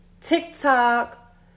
TikTok